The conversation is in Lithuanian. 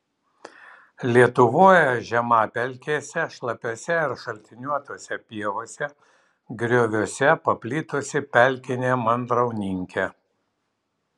lietuvoje žemapelkėse šlapiose ir šaltiniuotose pievose grioviuose paplitusi pelkinė mandrauninkė